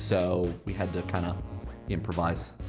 so we had to kind of improvise.